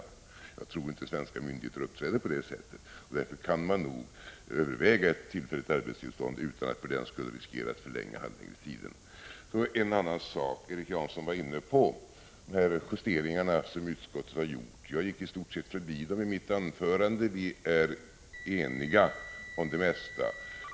Jag tror inte att svenska 28 maj 1986 myndigheter uppträder på det sättet. Därför kan man nog överväga att införa ett tillfälligt arbetstillstånd utan att för den skull riskera en förlängning av handläggningstiden. Erik Janson nämnde att jag i mitt anförande i stort sett förbigick de justeringar som utskottet gjort. Vi är i utskottet eniga om det mesta.